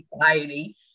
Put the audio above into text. anxiety